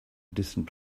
distant